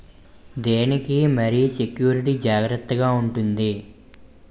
దీని కి మరి సెక్యూరిటీ జాగ్రత్తగా ఉంటుందా?